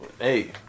Hey